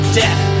death